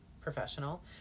professional